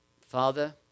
Father